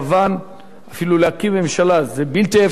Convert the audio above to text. אפילו להקים ממשלה זה בלתי אפשרי, נכון.